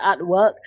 artwork